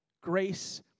grace